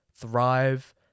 thrive